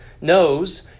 knows